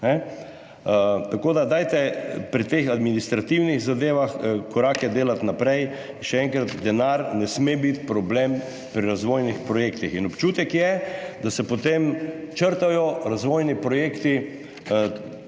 Tako da dajte pri teh administrativnih zadevah korake delati naprej. Še enkrat, denar ne sme biti problem pri razvojnih projektih. Občutek je, da se potem črtajo razvojni projekti